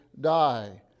die